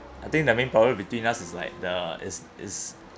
I think the main problem between us is like the is is